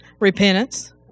Repentance